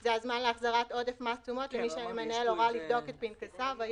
זה הזמן להחזרת עודף מס תשומות למי שהמנהל הורה לבדוק את פנקסיו.